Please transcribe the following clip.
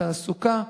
בתעסוקה,